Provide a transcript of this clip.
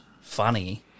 funny